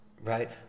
right